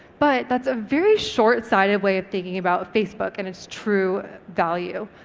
but that's a very short-sighted way of thinking about facebook and its true value.